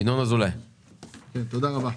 ינון אזולאי, בבקשה.